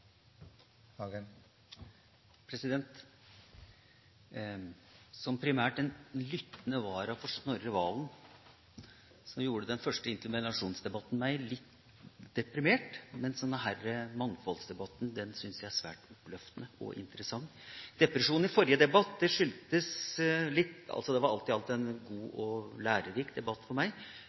Som primært en lyttende vara for Snorre Serigstad Valen gjorde den første interpellasjonsdebatten meg litt deprimert, mens denne mangfoldsdebatten syns jeg er svært oppløftende og interessant. Depresjonen i forrige debatt, som alt i alt var en god og lærerik debatt for meg,